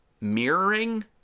mirroring